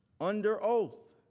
under oath